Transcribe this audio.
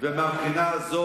לא, אני מדברת על,